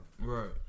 Right